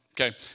Okay